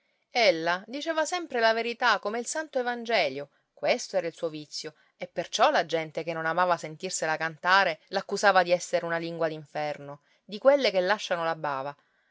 sassi ella diceva sempre la verità come il santo evangelio questo era il suo vizio e perciò la gente che non amava sentirsela cantare l'accusava di essere una lingua d'inferno di quelle che lasciano la bava